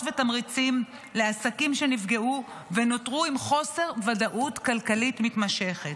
ותמריצים לעסקים שנפגעו ונותרו עם חוסר ודאות כלכלית מתמשכת.